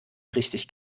richtig